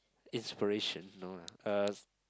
inspiration no lah uh